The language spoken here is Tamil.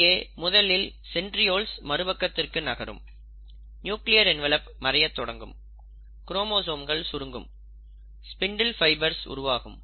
இங்கே முதலில் சென்ட்ரியோல்ஸ் மறுபக்கத்திற்கு நகரும் நியூக்ளியர் என்வலப் மறைய தொடங்கும் குரோமோசோம்கள் சுருங்கும் ஸ்பிண்டில் ஃபைபர்ஸ் உருவாகும்